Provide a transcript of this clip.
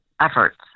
efforts